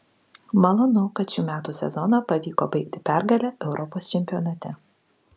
malonu kad šių metų sezoną pavyko baigti pergale europos čempionate